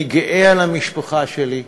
אני גאה על המשפחה שלי,